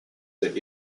that